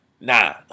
nah